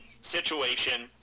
situation